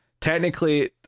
technically